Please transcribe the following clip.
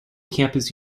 campus